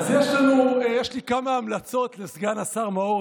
אז יש לי כמה המלצות לסגן השר מעוז,